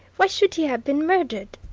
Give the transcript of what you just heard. why should he have been murdered?